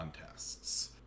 contests